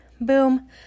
boom